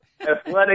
athletic